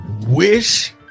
wish